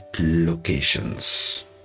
locations